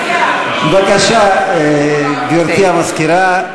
בבקשה, גברתי המזכירה.